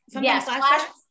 Yes